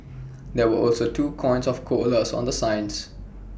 there were also two icons of koalas on the signs